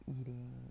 eating